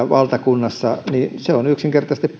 valtakunnassa on yksinkertaisesti